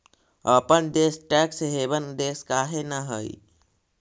अपन देश tax haven देश काहे न हई?